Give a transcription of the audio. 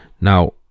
now